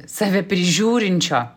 savi prižiūrinčio